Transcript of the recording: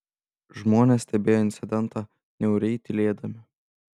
žmonės stebėjo incidentą niauriai tylėdami